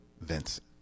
Vincent